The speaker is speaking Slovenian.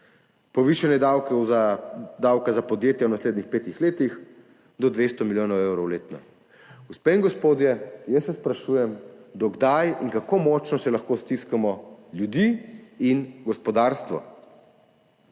Povišanje davka za podjetja v naslednjih petih letih – do 200 milijonov evrov letno. Gospe in gospodje, jaz se sprašujem, do kdaj in kako močno se lahko stiskamo ljudi in gospodarstvo,